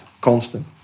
constant